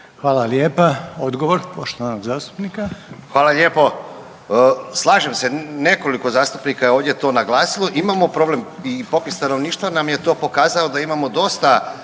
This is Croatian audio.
Hvala. Odgovor poštovanog zastupnika. **Ivanović, Goran (HDZ)** Hvala lijepo. Slažem se, nekoliko zastupnika je to ovdje naglasilo. Imamo problem i popis stanovništva nam je to pokazao da imamo dosta